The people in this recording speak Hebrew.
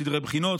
סדרי בחינות,